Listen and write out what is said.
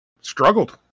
struggled